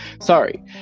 Sorry